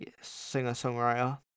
singer-songwriter